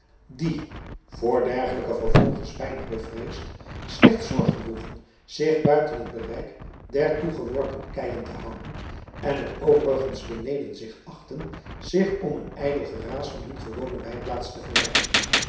die voor dergelijke vervolgers weinig bevreesd slechts zorg droegen zich buiten het bereik der toegeworpen keien te houden en het overigens beneden zich achtten zich om een ijdel geraas van hun gewone weiplaats te verwijderen